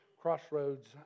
Crossroads